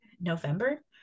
November